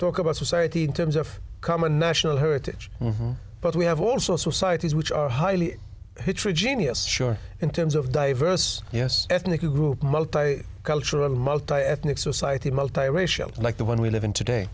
talk about society in terms of common national hurted but we have also societies which are highly hatred jenius sure in terms of diverse us ethnic group multiple cultural multiethnic society multiracial like the one we live in today